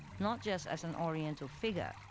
not just as an oriental figure,